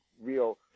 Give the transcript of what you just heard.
real